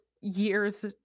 years